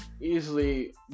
easily